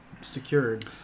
secured